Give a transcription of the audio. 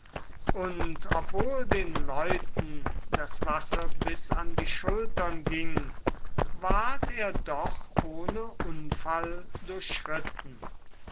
und obwohl den leuten das wasser bis an die schultern ging ward er doch ohne unfall durchschritten